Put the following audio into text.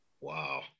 Wow